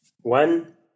one